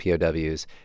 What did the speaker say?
POWs